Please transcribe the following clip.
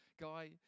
guy